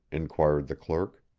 inquired the clerk.